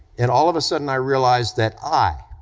and all of a sudden i realized that i,